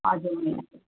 हजुर